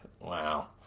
Wow